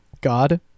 god